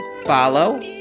Follow